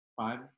five